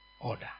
order